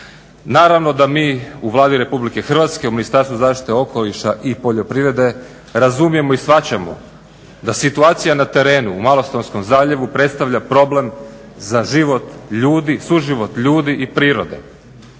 Naravno da mi u Vladi RH, u Ministarstvu zaštite okoliša i poljoprivrede razumijemo i shvaćamo da situacija na terenu u Malostonskom zaljevu predstavlja problem za život ljudi, suživot ljudi i prirode.